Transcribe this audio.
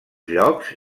llocs